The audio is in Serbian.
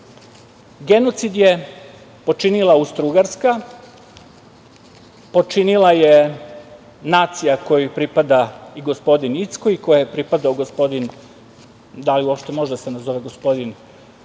genocid je počinila Austro-ugarska, počinila je nacija kojoj pripada i gospodin Incko i kojoj je pripadao i gospodin, da li uopšte može da se nazove gospodin,